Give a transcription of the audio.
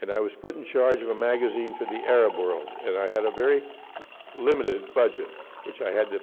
and i was put in charge of a magazine for the arab world, and i had a very limited budget, which i had to